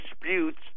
disputes